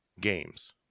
games